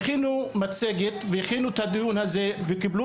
הכינו מצגת והכינו את הדיון הזה וקיבלו